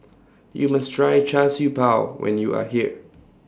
YOU must Try Char Siew Bao when YOU Are here